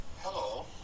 Hello